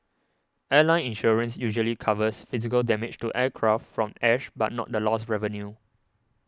airline insurance usually covers physical damage to aircraft from ash but not the lost revenue